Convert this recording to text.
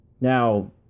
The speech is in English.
Now